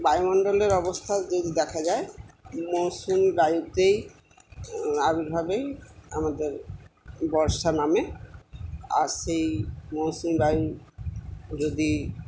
বায়ুমন্ডলের অবস্থা যদি দেখা যায় মৌসুমি বায়ুতেই আবির্ভাবেই আমাদের বর্ষা নামে আর সেই মৌসুমি বায়ু যদি